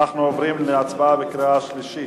אנחנו עוברים להצבעה בקריאה שלישית.